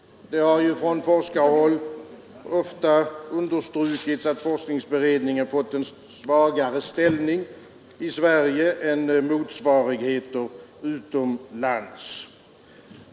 Det har från forskarhåll ofta understrukits att forskningsberedningen fått en svagare ställning i Sverige än motsvarigheter utomlands.